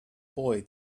boy